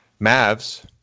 Mavs